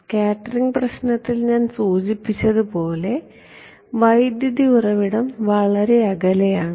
scattering പ്രശ്നത്തിൽ ഞാൻ സൂചിപ്പിച്ചതുപോലെ വൈദ്യുതി ഉറവിടം വളരെ അകലെയാണ്